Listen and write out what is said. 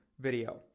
video